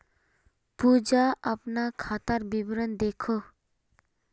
पूजा अपना खातार विवरण दखोह